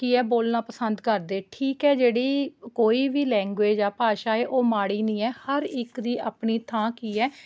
ਕੀ ਹੈ ਬੋਲਣਾ ਪਸੰਦ ਕਰਦੇ ਠੀਕ ਹੈ ਜਿਹੜੀ ਕੋਈ ਵੀ ਲੈਗਵੇਜ਼ ਆ ਭਾਸ਼ਾ ਹੈ ਉਹ ਮਾੜੀ ਨਹੀਂ ਹੈ ਹਰ ਇੱਕ ਦੀ ਆਪਣੀ ਥਾਂ ਕੀ ਹੈ